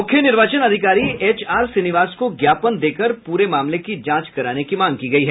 मुख्य निर्वाचन अधिकारी एच आर श्रीनिवास को ज्ञापन देकर पूरे मामले की जांच कराने की मांग की गयी है